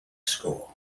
score